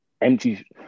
Empty